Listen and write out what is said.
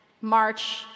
march